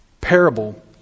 parable